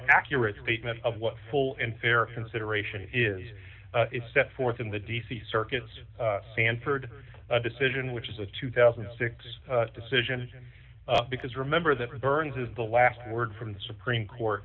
accurate statement of what full and fair consideration is is set forth in the d c circuits sanford decision which is a two thousand and six decision because remember that burns is the last word from the supreme court